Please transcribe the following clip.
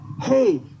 hey